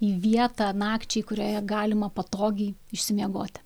į vietą nakčiai kurioje galima patogiai išsimiegoti